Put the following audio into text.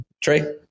Trey